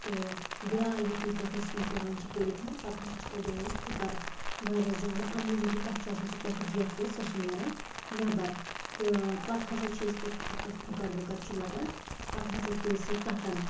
تہٕ گرٛاے یُتھٕے تتھ أسۍ مۄکلاوان چھِ کٔڑِتھ پَتہٕ ہَسا چھِ تتھ دِوان أسۍ پھٕکَر واریاہ زیادٕ اَمہِ موٗجوٗب زِ تتھ چھُ آسان پٮ۪ٹھہٕ جیٚتھ ویٚتھ سۄ چھِ نیران نیٚبَر تہٕ پَتہٕ ہَسا چھِ أسۍ تتھ یُتھٕے تتھ پھٕکَر وٕکر چھُ لگان پَتہٕ ہَسا چھ أسۍ سُہ ٹَکان